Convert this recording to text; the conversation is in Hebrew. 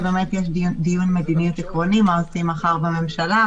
כי באמת יש דיון מדיניות עקרוני מה עושים מחר בממשלה,